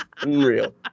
unreal